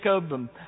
Jacob